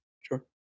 Sure